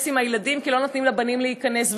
עם הילדים כי לא נותנים לבנים להיכנס.